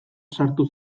sartu